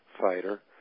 fighter